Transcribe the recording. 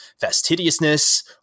fastidiousness